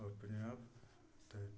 अपने आप तैर